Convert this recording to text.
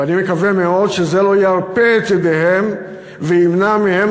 ואני מקווה מאוד שזה לא ירפה את ידיהם וימנע מהם,